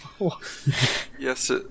yes